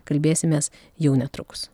kalbėsimės jau netrukus